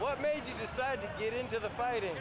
what made you decide to get into the fight in